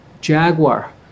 Jaguar